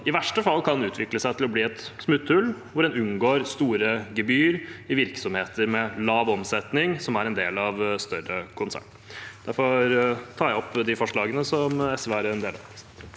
i verste fall kan utvikle seg til å bli et smutthull hvor en unngår store gebyrer i virksomheter som har lav omsetning og er en del av større konserner. Jeg tar opp de forslagene SV er med på.